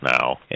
now